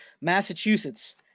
Massachusetts